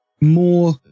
more